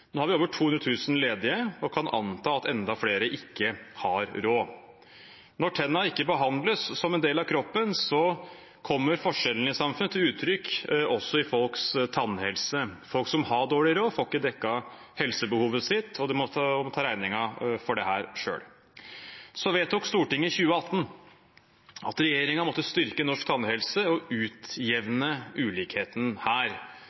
Nå har vi over 200 000 ledige, og vi kan anta at enda flere ikke har råd. Når tennene ikke behandles som en del av kroppen, kommer forskjellene i samfunnet til uttrykk også i folks tannhelse. Folk som har dårlig råd, får ikke dekket helsebehovet sitt, og de må ta regningen for dette selv. Så vedtok Stortinget i 2018 at regjeringen måtte styrke norsk tannhelse og utjevne ulikheten her.